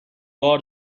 بار